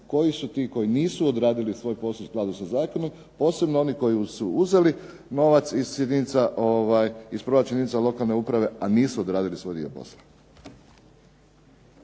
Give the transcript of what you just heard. koji su ti koji nisu odradili svoj posao u skladu sa zakonom, posebno oni koji su uzeli novac iz jedinica, iz proračuna jedinica lokalne uprave, a nisu odradili svoj dio posla.